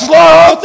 love